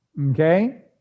Okay